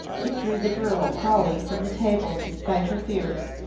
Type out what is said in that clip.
it drew the girl polly from the table despite her fears.